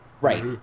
Right